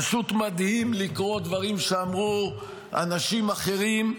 פשוט מדהים לקרוא דברים שאמרו אנשים אחרים,